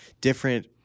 different